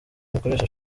umukoresha